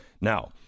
Now